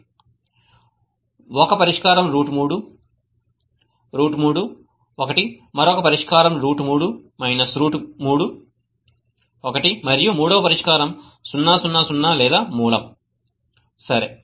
1 పరిష్కారం root 3 root 3 1 మరొక పరిష్కారం రూట్ 3 రూట్ 31 మరియు మూడవ పరిష్కారం 000 లేదా మూలం సరే